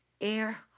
air